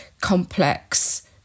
complex